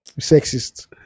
Sexist